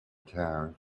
tower